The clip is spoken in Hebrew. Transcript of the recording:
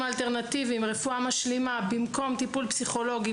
האלטרנטיביים שהם רפואה משלימה במקום טיפול פסיכולוגי,